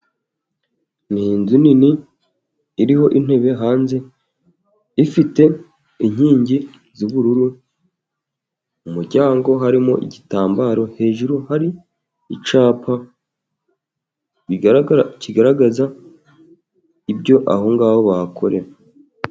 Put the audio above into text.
Ni inzu nini iriho intebe hanze, ifite inkingi z'ubururu, mu muryango harimo igitambaro. Hejuru hari icyapa kigaragaza ibyo ahongaho bahakorera.